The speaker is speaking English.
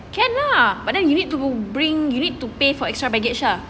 can lah but then you need to bring you need to pay for extra baggage ah